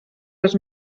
les